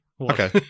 Okay